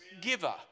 giver